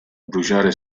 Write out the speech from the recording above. bruciare